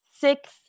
six